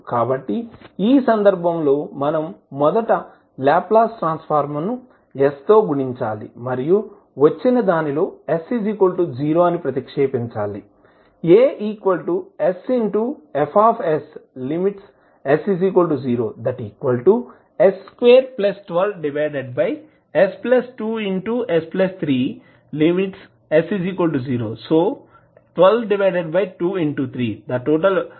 కాబట్టి ఈ సందర్భంలో మనం మొదట లాప్లాస్ ట్రాన్స్ ఫార్మ్ ను s తో గుణించాలి మరియు వచ్చిన దానిలో s 0 అని ప్రతిక్షేపించాలి